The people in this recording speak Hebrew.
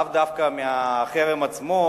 לאו דווקא מהחרם עצמו,